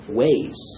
ways